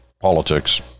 politics